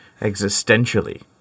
Existentially